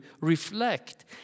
reflect